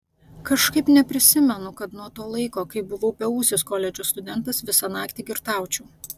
kažkaip neprisimenu kad nuo to laiko kai buvau beūsis koledžo studentas visą naktį girtaučiau